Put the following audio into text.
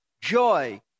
joy